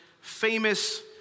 famous